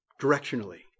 directionally